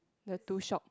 the two shop